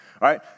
right